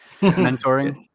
mentoring